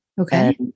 Okay